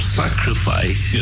sacrifice